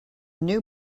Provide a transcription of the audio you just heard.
new